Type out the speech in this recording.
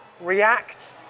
react